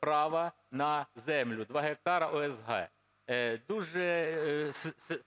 права на землю, 2 гектара ОСГ. Дуже